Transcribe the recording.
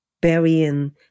burying